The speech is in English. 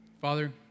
Father